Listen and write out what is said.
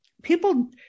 People